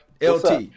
LT